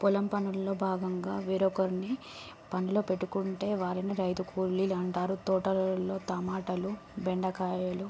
పొలం పనుల్లో భాగంగా వేరొకరిని పనిలో పెట్టుకుంటే వారిని రైతు కూలీలు అంటారు తోటలలో టమాటాలు బెండకాయలు